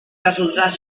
resoldrà